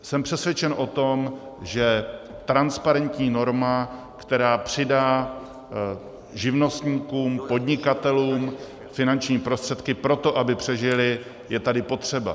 Jsem přesvědčen o tom, že transparentní norma, která přidá živnostníkům, podnikatelům finanční prostředky pro to, aby přežili, je tady potřeba.